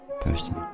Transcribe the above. person